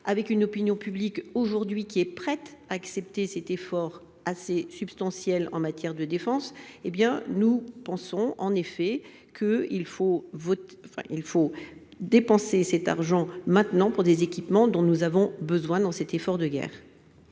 avec une opinion publique aujourd'hui, qui est prête à accepter cet effort assez substantiel en matière de défense. Eh bien nous pensons en effet que il faut voter enfin il faut dépenser cet argent maintenant pour des équipements dont nous avons besoin dans cet effort de guerre.